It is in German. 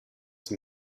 dem